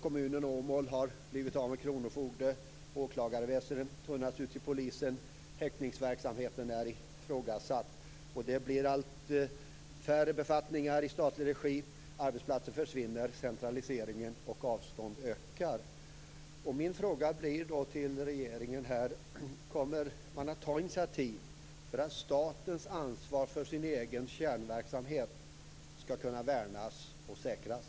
Kommunen Åmål har blivit av med kronofogdemyndighet, åklagarväsendet tunnas ut vid polisen och häktningsverksamheten är ifrågasatt. Det blir allt färre befattningar i statlig regi, arbetsplatser försvinner, centraliseringen och avstånden ökar. Min fråga blir då till regeringen: Kommer man att ta initiativ för att statens ansvar för sin egen kärnverksamhet skall kunna värnas och säkras?